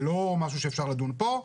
זה לא משהו שאפשר לדון פה,